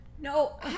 No